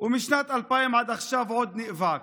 ומשנת 2000 עד עכשיו הוא עוד נאבק.